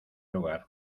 lugar